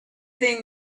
thing